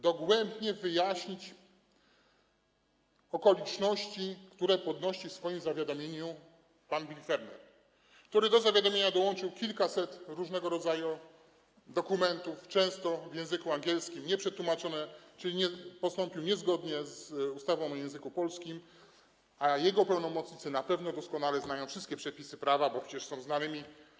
Dogłębnie wyjaśnić okoliczności, które podnosi w swoim zawiadomieniu pan Birgfellner, który do zawiadomienia dołączył kilkaset różnego rodzaju dokumentów, często w języku angielskim, nieprzetłumaczonych, czyli postąpił niezgodnie z ustawą o języku polskim, a jego pełnomocnicy na pewno doskonale znają wszystkie przepisy prawa, bo przecież są znanymi prawnikami.